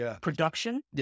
production